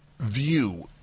view